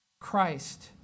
Christ